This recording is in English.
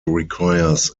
requires